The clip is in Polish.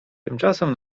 tymczasem